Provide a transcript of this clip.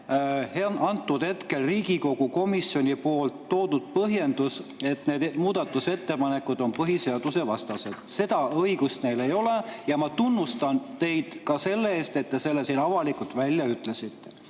ei ole legitiimne Riigikogu komisjoni põhjendus, et need muudatusettepanekud on põhiseadusvastased. Seda õigust neil ei ole. Ma tunnustan teid ka selle eest, et te selle avalikult välja ütlesite.